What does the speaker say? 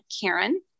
Karen